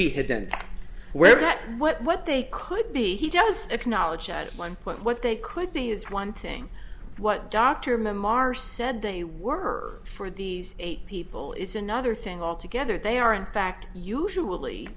be hidden where that what they could be he does acknowledge at one point what they could be is one thing what dr memoir said they were for these people is another thing altogether they are in fact usually